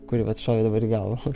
kuri vat šovė dabar į galvą